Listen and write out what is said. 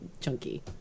chunky